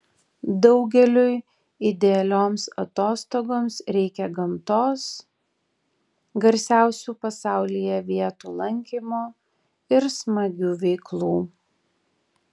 daugeliui idealioms atostogoms reikia gamtos garsiausių pasaulyje vietų lankymo ir smagių veiklų